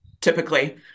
typically